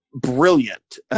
brilliant